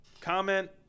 Comment